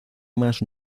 más